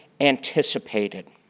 anticipated